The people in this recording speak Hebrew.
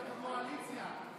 אתם בקואליציה,